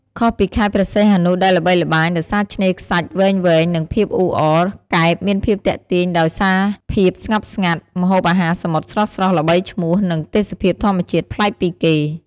ខុសពីខេត្តព្រះសីហនុដែលល្បីល្បាញដោយសារឆ្នេរខ្សាច់វែងៗ និងភាពអ៊ូអរ កែបមានភាពទាក់ទាញដោយសារភាពស្ងប់ស្ងាត់ ម្ហូបអាហារសមុទ្រស្រស់ៗល្បីឈ្មោះ និងទេសភាពធម្មជាតិប្លែកពីគេ។